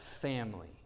family